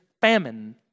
famine